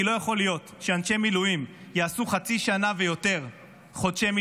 כי לא יכול להיות שאנשי מילואים יעשו חצי שנה ויותר מילואים,